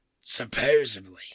Supposedly